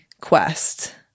quest